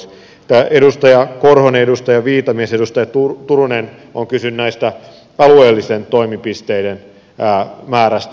edustaja timo korhonen edustaja viitamies ja edustaja turunen ovat kysyneet näiden alueellisten toimipisteiden määrästä